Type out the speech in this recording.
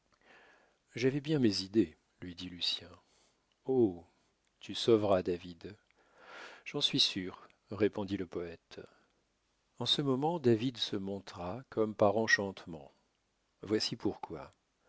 j'avais bien mes idées dit lucien oh tu sauveras david j'en suis sûr répondit le poète en ce moment david se montra comme par enchantement voici pourquoi